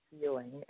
feeling